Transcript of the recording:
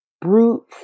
brute